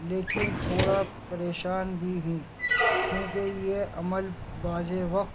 لیکن تھوڑا پریشان بھی ہوں کیونکہ یہ عمل بعض وقت